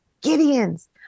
Gideon's